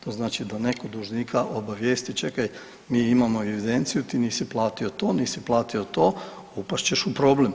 To znači da netko dužnika obavijesti čekaj mi imamo evidenciju ti nisi platio to, nisi platio to upast ćeš u problem.